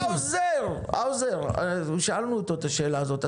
האוזר, האוזר, שאלנו אותו את השאלה הזאת.